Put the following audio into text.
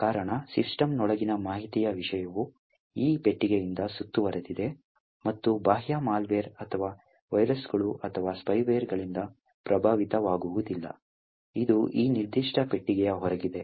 ಕಾರಣ ಸಿಸ್ಟಂನೊಳಗಿನ ಮಾಹಿತಿಯ ವಿಷಯವು ಈ ಪೆಟ್ಟಿಗೆಯಿಂದ ಸುತ್ತುವರಿದಿದೆ ಮತ್ತು ಬಾಹ್ಯ ಮಾಲ್ವೇರ್ ಅಥವಾ ವೈರಸ್ಗಳು ಅಥವಾ ಸ್ಪೈವೇರ್ಗಳಿಂದ ಪ್ರಭಾವಿತವಾಗುವುದಿಲ್ಲ ಇದು ಈ ನಿರ್ದಿಷ್ಟ ಪೆಟ್ಟಿಗೆಯ ಹೊರಗಿದೆ